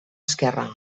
esquerre